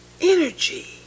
energy